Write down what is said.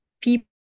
people